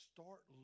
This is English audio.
Start